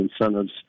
incentives